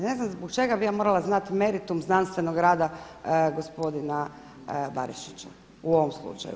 Ne znam zbog čega bi ja morala znati meritum znanstvenog rada gospodina Barišića u ovom slučaju?